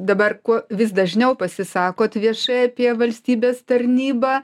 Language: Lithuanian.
dabar kuo vis dažniau pasisakot viešai apie valstybės tarnybą